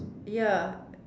ya